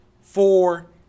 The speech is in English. four